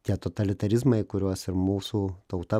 tie totalitarizmai kuriuos ir mūsų tauta